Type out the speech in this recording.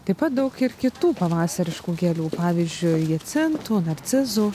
taip pat daug ir kitų pavasariškų gėlių pavyzdžiui hiacintų narcizų